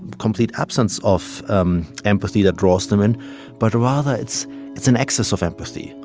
complete absence of um empathy that draws them in but rather it's it's an excess of empathy.